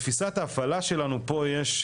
בתפיסת ההפעלה שלנו פה יש,